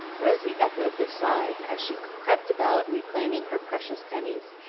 rosy echoed the sigh as she crept about reclaiming her precious pennies,